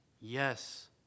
Yes